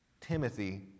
Timothy